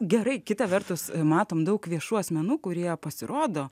gerai kita vertus matome daug viešų asmenų kurie pasirodo